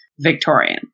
Victorian